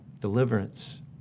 deliverance